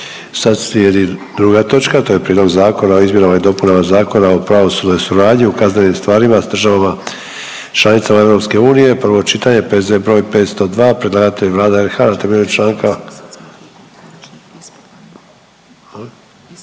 Sad slijedi druga točka, to je Prijedlog zakona o izmjenama i dopunama Zakona o pravosudnoj suradnji u kaznenim stvarima s državama članicama Europske unije, prvo čitanje, P.Z.E. br. 502. Predlagatelj je Vlada RH na temelju članka…